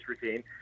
routine